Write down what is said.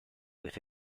with